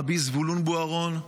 רבי זבולון בוארון,